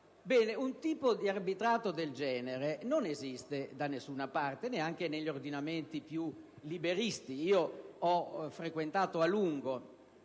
un tipo di arbitrato del genere non esiste da nessuna parte, neanche negli ordinamenti più liberisti. Io ho frequentato a lungo